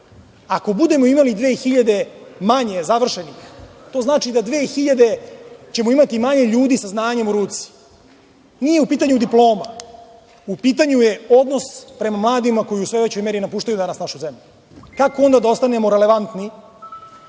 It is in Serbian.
Ako budemo imali 2000 manje završenih, to znači da 2000 ćemo imati manje ljudi sa znanjem u ruci. Nije u pitanju diploma, u pitanju je odnos prema mladima koji u sve većoj meri napuštaju danas našu zemlju. Kako onda da ostanemo relevantni